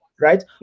right